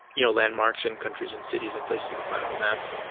you know, landmarks and countries and cities and places you could find on the map,